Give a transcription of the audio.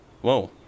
Whoa